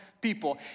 people